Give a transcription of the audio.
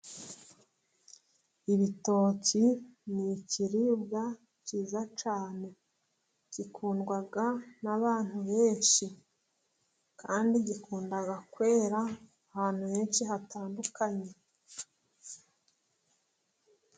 Ibitoki ni ibiribwa byiza cyane bikundwa n'abantu benshi, kandi bikunda kwera ahantu henshi hatandukanye.